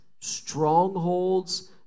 strongholds